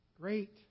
Great